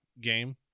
game